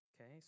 okay